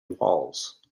walls